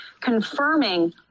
confirming